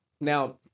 Now